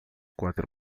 quatro